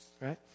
right